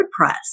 WordPress